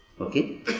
Okay